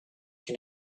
can